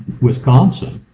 wisconsin,